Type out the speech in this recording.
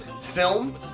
Film